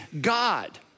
God